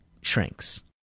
shrinks